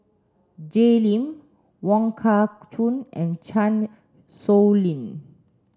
Jay Lim Wong Kah Chun and Chan Sow Lin